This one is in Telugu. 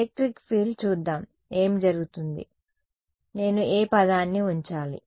ఎలెక్ట్రిక్ ఫీల్డ్ చూద్దాం ఏమి జరుగుతుంది నేను ఏ పదాన్ని ఉంచాలి